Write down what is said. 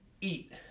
eat